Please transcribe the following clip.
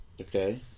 Okay